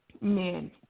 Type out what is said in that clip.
men